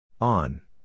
On